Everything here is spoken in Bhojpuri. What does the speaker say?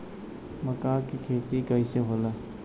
मका के खेती कइसे होला?